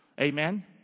Amen